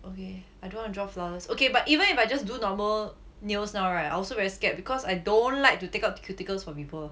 okay I don't wanna draw flowers okay but even if I just do normal nails now right I also very scared because I don't like to take out cuticles for people